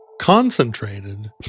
concentrated